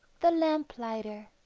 the lamplighter